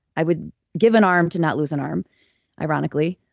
i would give an arm to not lose an arm ironically.